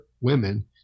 women